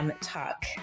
talk